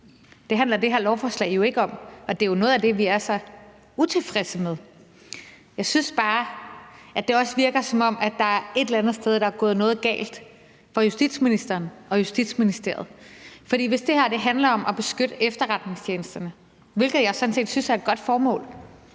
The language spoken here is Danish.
Det handler det her lovforslag jo ikke om, og det er jo noget af det, vi er så utilfredse med. Jeg synes også bare, at det virker, som om der et eller andet sted er gået noget galt for justitsministeren og Justitsministeriet. For hvis det her handler om at beskytte efterretningstjenesterne – hvilket jeg sådan set synes er et godt formål